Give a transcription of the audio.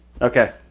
Okay